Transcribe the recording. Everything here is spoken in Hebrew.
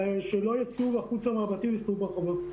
שלא ייצאו החוצה מהבתים והסתובבו ברחובות.